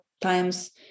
times